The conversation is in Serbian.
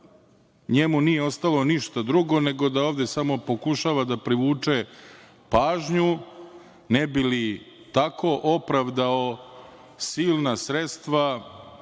njemu nije ostalo ništa drugo nego da ovde samo pokušava da privuče pažnju ne bi li tako opravdao silna sredstva